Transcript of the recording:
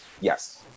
yes